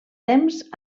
temps